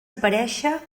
aparèixer